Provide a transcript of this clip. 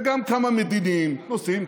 וגם כמה מדיניים: נוסעים,